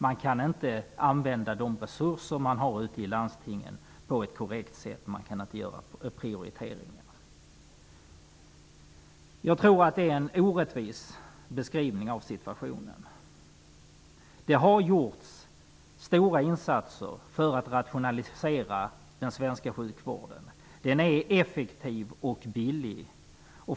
Man kan inte använda de resurser man har ute i landstingen på ett korrekt sätt. Man kan inte göra prioriteringar. Jag tror att det är en orättvis beskrivning av situationen. Det har gjorts stora insatser för att rationalisera den svenska sjukvården. Den är effektiv och billig.